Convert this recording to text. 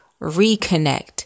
reconnect